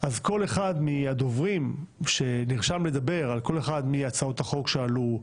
כל אחד מהדוברים שנרשם לדבר על כל אחת מהצעות החוק שעלו,